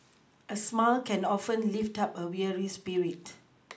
a smile can often lift up a weary spirit